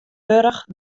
wurdich